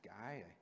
guy